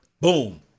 Boom